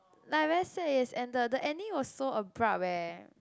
like I very sad it has ended the ending was so abrupt leh